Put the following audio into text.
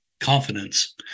confidence